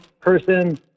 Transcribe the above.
person